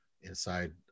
inside